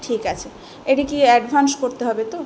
ঠিক আছে এটা কি অ্যাডভান্স করতে হবে তো